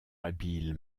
habile